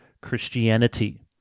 Christianity